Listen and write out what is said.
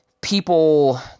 people